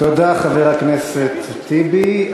תודה, חבר הכנסת טיבי.